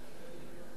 הם חושבים,